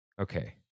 Okay